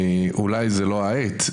אולי זה לא העת,